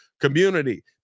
community